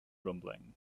rumbling